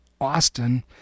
Austin